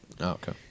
okay